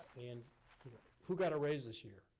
and who got a raise this year?